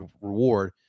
reward